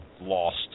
lost